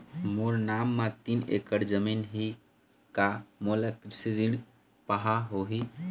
मोर नाम म तीन एकड़ जमीन ही का मोला कृषि ऋण पाहां होही?